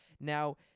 now